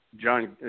John